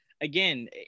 Again